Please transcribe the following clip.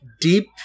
deep